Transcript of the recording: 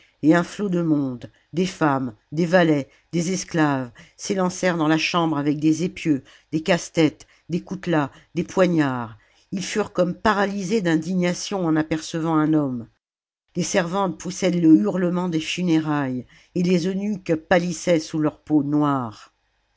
et un flot de monde des femmes des valets des esclaves s'élancèrent dans la chambre avec des épieux des casse-tête des coutelas des poignards ils furent comme paralysés d'indignation en apercevant un homme les servantes poussaient le hurlement des funérailles et les eunuques pâlissaient sous leur peau noire